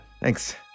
Thanks